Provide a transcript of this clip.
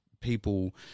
people